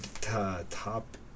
top